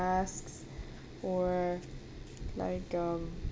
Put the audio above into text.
masks or like um